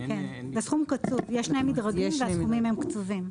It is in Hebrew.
זה סכום קצוב, יש שני מדרגים והסכומים הם קצובים.